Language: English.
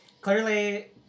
clearly